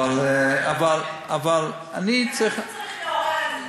אבל צריך לעורר,